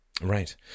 Right